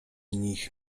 nich